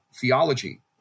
theology